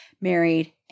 married